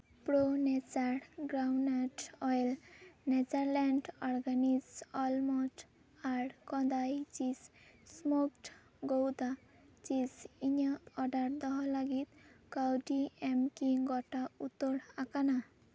Pro Nature groundnut oil nature land organic almond ᱟᱨ ᱠᱚᱸᱫᱟᱭ ᱪᱤᱡᱽ ᱥᱢᱩᱛᱷ ᱜᱳᱣᱫᱟ ᱪᱤᱡᱽ ᱤᱧᱟᱹᱜ ᱳᱰᱟᱨ ᱫᱚᱦᱚ ᱞᱟᱹᱜᱤᱫ ᱠᱟᱹᱣᱰᱤ ᱮᱢ ᱠᱤ ᱜᱚᱴᱟ ᱩᱛᱟᱹᱨ ᱟᱠᱟᱱᱟ